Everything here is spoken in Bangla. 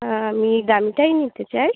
আমি দামিটাই নিতে চাই